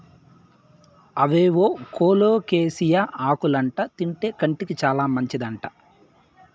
అవేవో కోలోకేసియా ఆకులంట తింటే కంటికి చాలా మంచిదంట